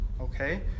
okay